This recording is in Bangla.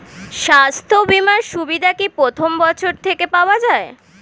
স্বাস্থ্য বীমার সুবিধা কি প্রথম বছর থেকে পাওয়া যায়?